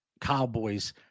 cowboys